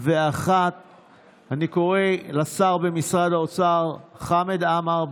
התשפ"א 2021. אני קורא לשר במשרד האוצר חמד עמאר,